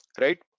right